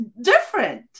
different